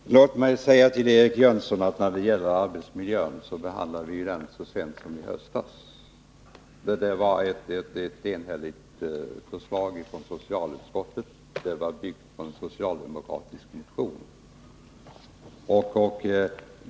Fru talman! Låt mig säga till Eric Jönsson att frågan om arbetsmiljön behandlades här i riksdagen i höstas. Från socialutskottet förelåg ett enhälligt förslag, byggt på en socialdemokratisk motion.